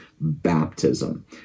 baptism